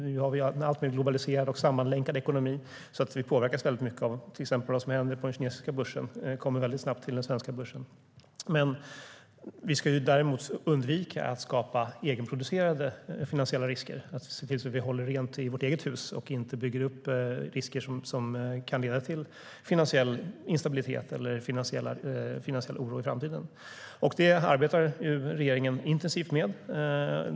Vår ekonomi blir alltmer globaliserad och sammanlänkad. Vi påverkas väldigt mycket av till exempel det som händer på den kinesiska börsen. Det sprider sig snabbt till den svenska börsen. Däremot ska vi undvika att skapa egenproducerade finansiella risker. Vi måste hålla rent i vårt eget hus och inte bygga upp risker som kan leda till finansiell instabilitet eller oro i framtiden. Det arbetar ju regeringen intensivt med.